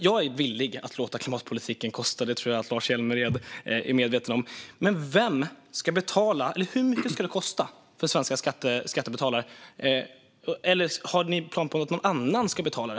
Jag är villig att låta klimatpolitiken kosta. Det tror jag att Lars Hjälmered är medveten om. Men vem ska betala, och hur mycket ska det kosta för svenska skattebetalare? Eller har ni planer på att någon annan ska betala det?